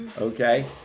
okay